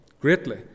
greatly